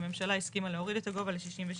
והממשלה הסכימה להוריד את הגובה ל-66%.